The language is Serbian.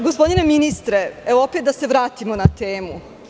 Gospodine ministre, opet da se vratimo na temu.